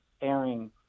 airing